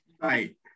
Right